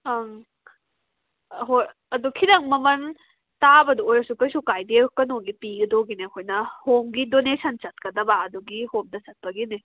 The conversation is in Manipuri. ꯑꯪ ꯍꯣꯏ ꯑꯗꯣ ꯈꯤꯇꯪ ꯃꯃꯜ ꯇꯥꯕꯗ ꯑꯣꯏꯔꯁꯨ ꯀꯩꯁꯨ ꯀꯥꯏꯗꯦ ꯀꯩꯅꯣꯒꯤ ꯄꯤꯒꯗꯨꯕꯅꯦ ꯑꯩꯈꯣꯏꯅ ꯍꯣꯝꯒꯤ ꯗꯣꯅꯦꯁꯟ ꯆꯠꯀꯗꯕ ꯑꯗꯨꯒꯤ ꯍꯣꯝꯗ ꯆꯠꯄꯒꯤꯅꯦ